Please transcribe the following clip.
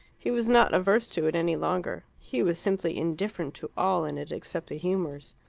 he was not averse to it any longer he was simply indifferent to all in it except the humours.